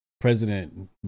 president